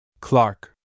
Clark